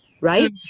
right